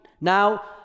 now